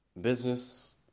business